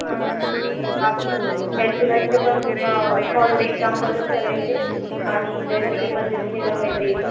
आणि बाकी कॅल्क्युलसचे पण सॉल्ड एक्झाम्पलच करायचे आणि त्याच्यातले पण जे थेरम आहे ते